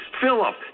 Philip